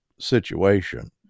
situation